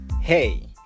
Hey